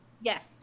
Yes